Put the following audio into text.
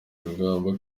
rugamba